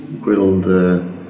grilled